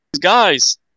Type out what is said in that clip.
guys